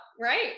right